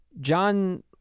John